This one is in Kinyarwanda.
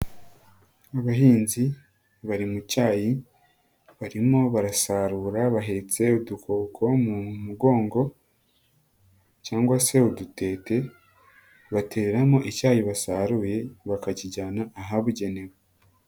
Abahinzi bari mu cyayi, barimo barasarura bahetse udukoko mu mugongo cyangwa se udutete, bateramo icyayi basaruye, bakakijyana ahabugenewe.